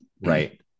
Right